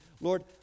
Lord